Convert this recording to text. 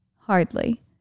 Hardly